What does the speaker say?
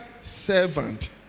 servant